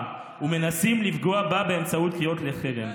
ומנסים לפגוע בה באמצעות קריאות לחרם.